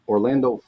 Orlando